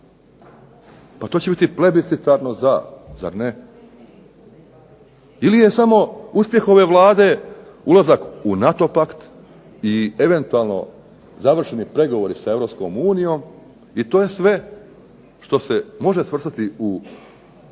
to će biti plebiscitarno da, zar ne? Ili je samo uspjeh ove Vlade ulazak u NATO Pakt i eventualno završeni pregovori sa Europskom unijom i to je sve što se može svrstati da